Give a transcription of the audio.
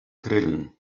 grillen